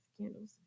candles